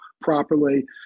properly